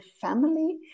family